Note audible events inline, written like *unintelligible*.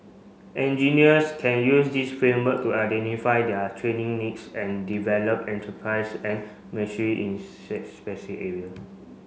engineers can use this framework to identify their training needs and develop enterprise and *unintelligible* in specific area